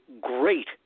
great